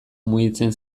mugitzen